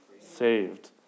saved